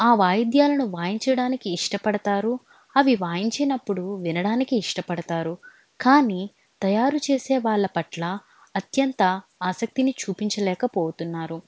ఆ వాయిద్యాలను వాయించడానికి ఇష్టపడతారు అవి వాయించినప్పుడు వినడానికి ఇష్టపడతారు కానీ తయారు చేసే వాళ్ళ పట్ల అత్యంత ఆసక్తిని చూపించలేకపోతున్నారు